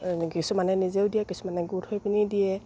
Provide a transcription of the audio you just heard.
কিছুমানে নিজেও দিয়ে কিছুমানে গোটহৈ পিনি দিয়ে